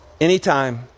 anytime